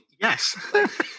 yes